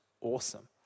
awesome